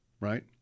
Right